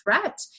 threat